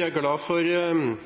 er glad for